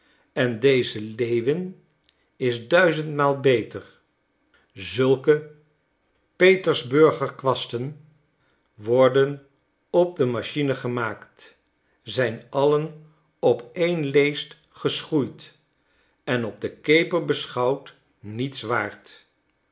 en deze lewin is duizendmaal beter zulke petersburger kwasten worden op de machine gemaakt zijn allen op één leest geschoeid en op de keper beschouwd niets waard